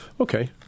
Okay